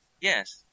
Yes